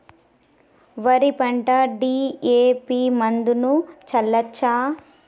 వరి పంట డి.ఎ.పి మందును చల్లచ్చా?